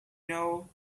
know